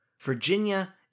Virginia